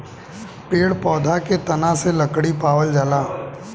पेड़ पौधा के तना से लकड़ी पावल जाला